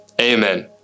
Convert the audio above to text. amen